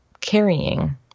carrying